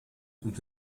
und